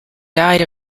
died